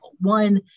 One